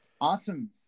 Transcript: Awesome